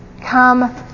come